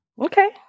Okay